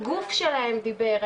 הגוף שלהם דיבר,